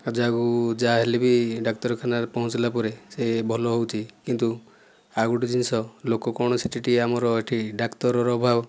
ଆଉ ଯାହାକୁ ଯାହା ହେଲେ ବି ଡାକ୍ତରଖାନାରେ ପହଞ୍ଚିଲା ପରେ ସେ ଭଲ ହେଉଛି କିନ୍ତୁ ଆଉ ଗୋଟିଏ ଜିନିଷ ଲୋକ କୌଣସି ଆମର ଡାକ୍ତରର ଅଭାବ